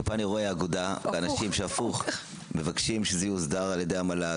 ופה אני רואה אגודה של אנשים שמבקשים שזה יוסדר על ידי המל"ג.